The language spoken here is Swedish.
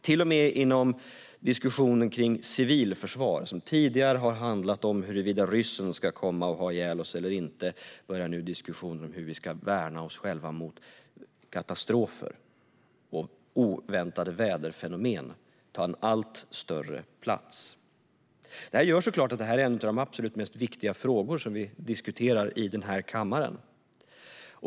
Till och med i diskussionen om civilförsvar, som tidigare har handlat om huruvida ryssen ska komma och ha ihjäl oss eller inte, börjar nu frågor om hur vi ska värna oss själva mot naturkatastrofer och oväntade väderfenomen ta allt större plats. Det gör såklart detta till en av de absolut viktigaste frågor vi diskuterar i den här kammaren.